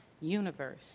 universe